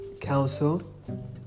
council